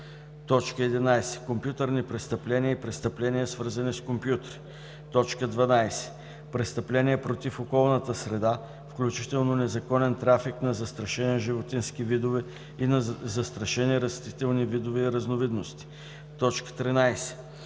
11. компютърни престъпления и престъпления, свързани с компютри; 12. престъпления против околната среда, включително незаконен трафик на застрашени животински видове и на застрашени растителни видове и разновидности; 13.